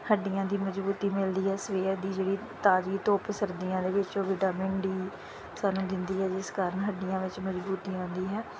ਹੱਡੀਆਂ ਦੀ ਮਜਬੂਤੀ ਮਿਲਦੀ ਹੈ ਸਵੇਰ ਦੀ ਜਿਹੜੀ ਤਾਜ਼ੀ ਧੁੱਪ ਸਰਦੀਆਂ ਦੇ ਵਿੱਚੋਂ ਵਿਟਾਮਿਨ ਡੀ ਸਾਨੂੰ ਦਿੰਦੀ ਹੈ ਜਿਸ ਕਾਰਨ ਹੱਡੀਆਂ ਵਿੱਚ ਮਜਬੂਤੀ ਆਉਂਦੀ ਹੈ